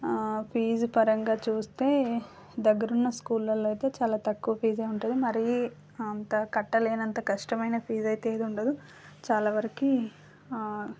fee పరంగా చూస్తే దగ్గర ఉన్న స్కూళ్ళల్లో అయితే చాలా తక్కువ ఫీజే ఉంటుంది మరీ అంత కట్టలేనంత కష్టమైన ఫీజ్ అయితే ఏది ఉండదు చాలావరకి